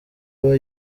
aba